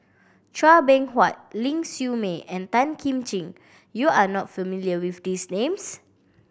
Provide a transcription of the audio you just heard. Chua Beng Huat Ling Siew May and Tan Kim Ching you are not familiar with these names